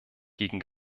gegen